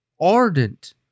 ardent